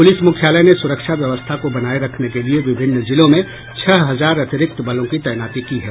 police मुख्यालय ने सुरक्षा व्यवस्था को बनाये रखने के लिए विभिन्न जिलों में छह हजार अतिरिक्त बलों की तैनाती की है